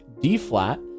D-flat